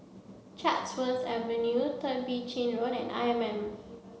Chatsworth Avenue Third Chin Bee Road and I M M